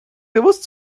gewusst